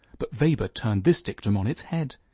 but weber turned this dictum on its head.